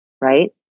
right